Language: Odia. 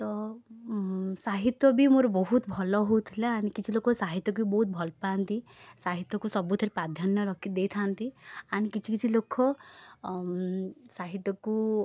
ତ ସାହିତ୍ୟ ବି ମୋର ବହୁତ ଭଲ ହଉଥିଲା ଆଣ୍ଡ୍ କିଛି ଲୋକ ସାହିତ୍ୟକୁ ବି ବହୁତ ଭଲ ପାଆନ୍ତି ସାହିତ୍ୟକୁ ସବୁଥିରେ ପ୍ରାଧାନ୍ୟ ରଖି ଦେଇଥାନ୍ତି ଆଣ୍ଡ୍ କିଛି କିଛି ଲୋକ ସାହିତ୍ୟକୁ